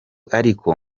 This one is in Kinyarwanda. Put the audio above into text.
ariko